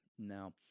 Now